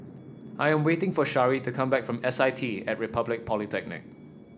I am waiting for Shari to come back from S I T at Republic Polytechnic